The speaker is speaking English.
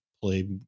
play